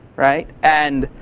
right? and